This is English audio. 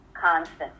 constant